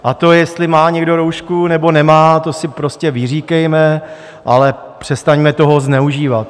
A to, jestli má někdo roušku, nebo nemá, to si prostě vyříkejme, ale přestaňme toho zneužívat.